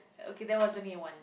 okay that was only one